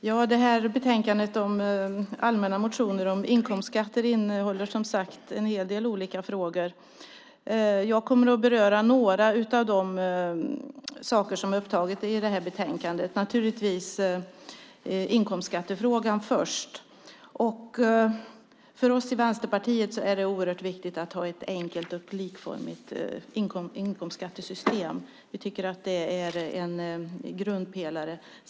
Fru talman! Betänkandet Allmänna motioner om inkomstskatter innehåller som sagt en hel del olika frågor. Jag kommer att beröra några av de saker som är upptagna i det här betänkandet, naturligtvis inkomstskattefrågan först. För oss i Vänsterpartiet är det oerhört viktigt att ha ett enkelt och likformigt inkomstskattesystem. Vi tycker att det är en grundpelare.